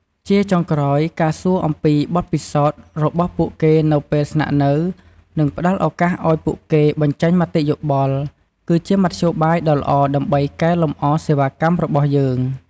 ជាចុងក្រោយ ការសួរអំពី បទពិសោធន៍ របស់ពួកគេនៅពេលស្នាក់នៅ និងផ្តល់ឱកាសឲ្យពួកគេ បញ្ចេញមតិយោបល់ គឺជាមធ្យោបាយដ៏ល្អដើម្បីកែលម្អសេវាកម្មរបស់យើង។